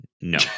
No